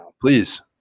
please